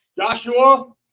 Joshua